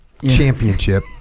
championship